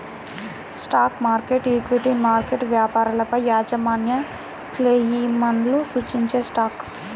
stock market, equity market వ్యాపారాలపైయాజమాన్యక్లెయిమ్లను సూచించేస్టాక్